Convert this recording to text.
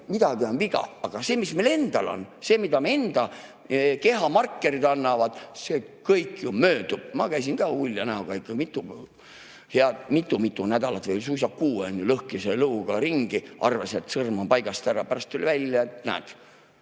midagi on viga. Aga see, mis meil endal on, see, mida me enda kehamarkerid näitavad, see kõik ju möödub. Ma käisin ka ulja näoga hea mitu-mitu nädalat või suisa kuu lõhkise luuga ringi, arvasin, et sõrm on paigast ära. Pärast tuli välja, et näed,